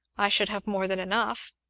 i should have more than enough.